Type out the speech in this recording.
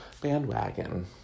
bandwagon